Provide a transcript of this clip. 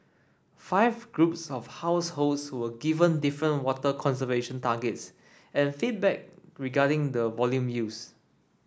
five groups of households were given different water conservation targets and feedback regarding the volume used